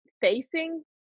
facing